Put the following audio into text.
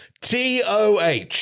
toh